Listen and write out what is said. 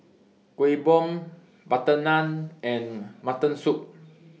Kuih Bom Butter Naan and Mutton Soup